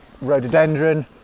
rhododendron